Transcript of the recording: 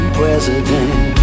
president